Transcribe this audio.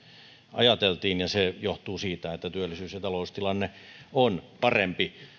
ajateltiin ja se johtuu siitä että työllisyys ja taloustilanne on parempi